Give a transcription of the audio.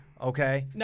Okay